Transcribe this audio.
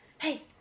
hey